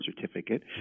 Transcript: certificate